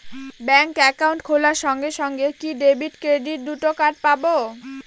Bank account খোলার সঙ্গে সঙ্গে কি ডেবিট ক্রেডিট দুটো কার্ড পাবো?